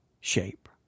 shape